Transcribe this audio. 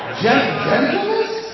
gentleness